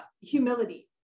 humility